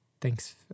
Thanks